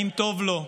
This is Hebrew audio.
האם טוב לו?